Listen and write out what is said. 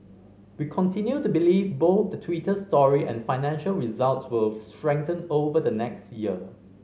we continue to believe both the Twitter story and financial results will strengthen over the next year